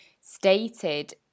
stated